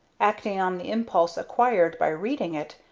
acting on the impulse acquired by reading it,